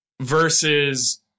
versus